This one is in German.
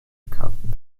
karten